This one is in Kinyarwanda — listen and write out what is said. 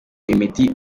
imiti